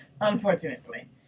unfortunately